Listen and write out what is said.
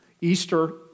Easter